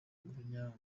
nabo